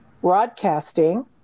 broadcasting